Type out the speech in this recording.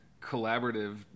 collaborative